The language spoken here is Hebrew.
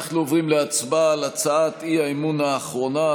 אנחנו עוברים להצבעה על הצעת האי-אמון האחרונה,